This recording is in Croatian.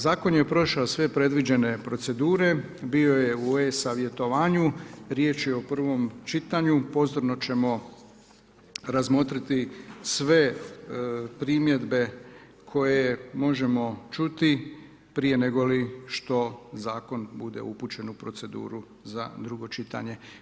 Zakon je prošao sve predviđene procedure, bio je u e-savjetovanju, riječ je o prvom čitanju, pozorno ćemo razmotriti sve primjedbe koje možemo čuti prije nego li što zakon bude upućen u proceduru za drugo čitanje.